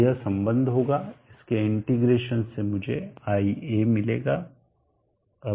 तो यह संबंध होगा इसके इंटीग्रेशन से मुझे ia मिलेगा